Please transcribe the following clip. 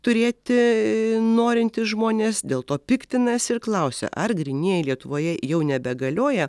turėti norintys žmonės dėl to piktinasi ir klausia ar grynieji lietuvoje jau nebegalioja